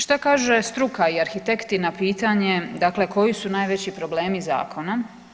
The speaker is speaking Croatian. Što kaže struka i arhitekti na pitanje dakle koji su najveći problemi zakona?